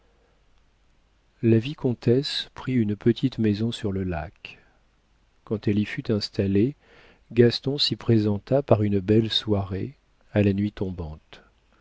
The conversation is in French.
la vicomtesse prit une petite maison sur le lac quand elle y fut installée gaston s'y présenta par une belle soirée à la nuit tombante